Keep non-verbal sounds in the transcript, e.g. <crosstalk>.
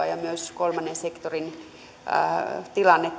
<unintelligible> ja myös kolmannen sektorin tilanne <unintelligible>